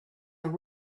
are